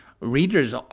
Readers